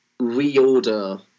reorder